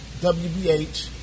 WBH